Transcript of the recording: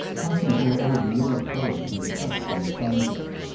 hasn't moreover your courage on the question of contact.